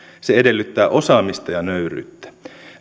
se edellyttää osaamista ja nöyryyttä